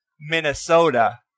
minnesota